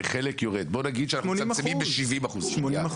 הוויכוח שלי אז עם השרה היה מה שרצתה